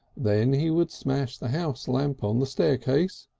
then he would smash the house lamp on the staircase,